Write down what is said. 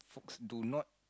folks do not